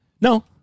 No